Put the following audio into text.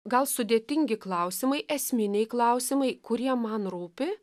gal sudėtingi klausimai esminiai klausimai kurie man rūpi